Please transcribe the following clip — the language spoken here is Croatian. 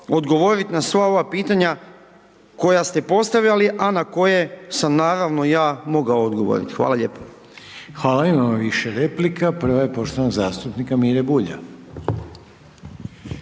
odgovoriti na sva ova pitanja koja ste postavljali, a na koje sam naravno, ja mogao odgovoriti. Hvala lijepo. **Reiner, Željko (HDZ)** Hvala. Imamo više replika, prva je poštovanog zastupnika Mire Bulja.